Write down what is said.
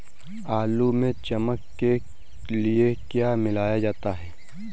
आलू में चमक के लिए क्या मिलाया जाता है?